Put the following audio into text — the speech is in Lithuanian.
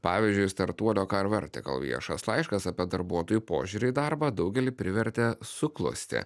pavyzdžiui startuolio carvertical viešas laiškas apie darbuotojų požiūrį į darbą daugelį privertė suklusti